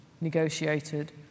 negotiated